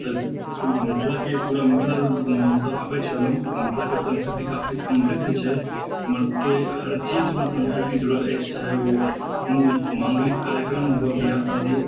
तऽ मिथिला के पूरा मिथिला के हमसब आबै छलहुॅं मिथिला के संस्कृति काफी समृद्ध छै हमर सबके हर चीजमे संस्कृति जुड़ल अछि चाहे ओ कोनो मांगलिक कार्यक्रम होए ब्याह शादी